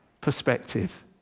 perspective